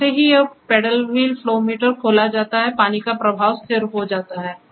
जैसे ही यह पैडल व्हील फ्लो मीटर खोला जाता है पानी का प्रवाह स्थिर हो जाता है